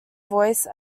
voice